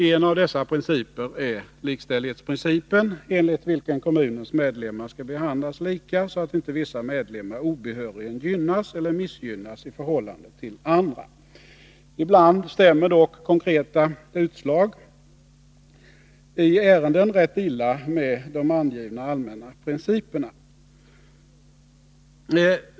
En av dessa principer är likställighetsprincipen, enligt vilken kommunens medlemmar skall behandlas lika, så att inte vissa medlemmar obehörigen gynnas eller missgynnas i förhållande till andra. Ibland stämmer dock utslag i konkreta ärenden rätt illa med de angivna allmänna principerna.